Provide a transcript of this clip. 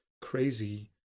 crazy